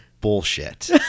bullshit